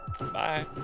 bye